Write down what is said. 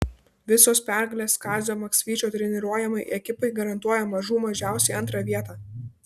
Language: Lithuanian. visos pergalės kazio maksvyčio treniruojamai ekipai garantuoja mažų mažiausiai antrą vietą